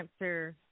Answer